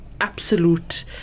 absolute